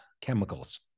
chemicals